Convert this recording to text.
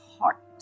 heart